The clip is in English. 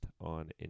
on